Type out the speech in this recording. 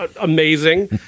amazing